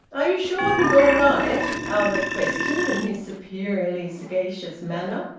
are you sure he's all right? albert questioned, in his superiorly sagacious manner,